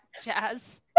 jazz